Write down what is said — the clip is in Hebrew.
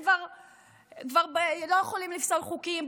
כבר לא יכולים לפסול חוקים,